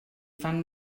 fan